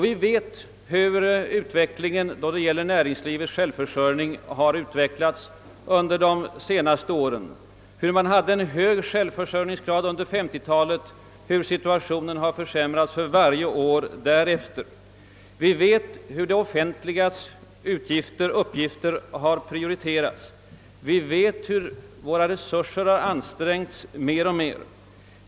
Vi vet hur näringslivets självförsörjning har utvecklats under de senaste åren, hur man hade en hög självförsörjningsgrad under 1950-talet men hur situationen försämrats för varje år sedan dess. Vi vet hur det offentligas uppgifter har prioriterats och hur våra resurser har ansträngts mer och mer.